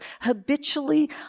habitually